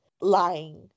lying